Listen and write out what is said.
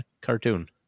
cartoon